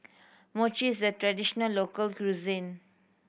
mochi is a traditional local cuisine